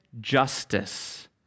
justice